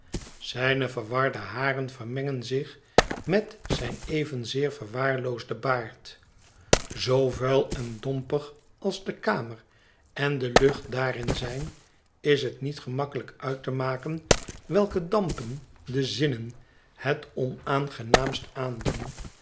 zijne verwarde haren vermengen zich met zijn evenzeer verwaarloosden baard zoo vuil en dompig als de kamer en de lucht daarin zijn is het niet gemakkelijk uit te maken welke dampen de zinnen het onaangenaamst aandoen